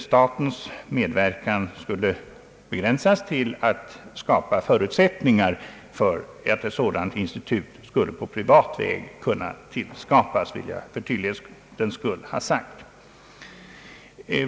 Statens medverkan skulle begränsas till att skapa förutsättningar för att ett sådant institut på privat väg skulle kunna tillskapas — det vill jag för tydlighetens skull ha sagt.